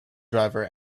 driver